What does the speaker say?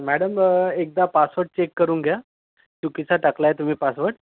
madam एकदा password check करून घ्या चुकीचा टाकला आहे तुम्ही पासवर्ड